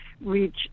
reach